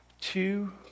two